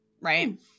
right